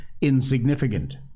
insignificant